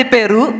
Peru